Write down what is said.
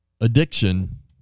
Addiction